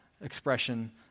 expression